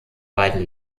beiden